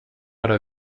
oder